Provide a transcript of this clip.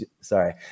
sorry